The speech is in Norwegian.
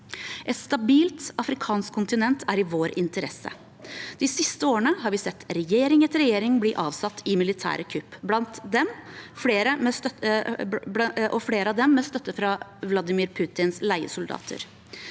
Et stabilt afrikansk kontinent er i vår interesse. De siste årene har vi sett regjering etter regjering bli avsatt i militære kupp, flere av dem med støtte fra Vladimir Putins leiesoldater.